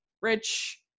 rich